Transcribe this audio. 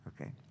okay